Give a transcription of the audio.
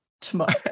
tomorrow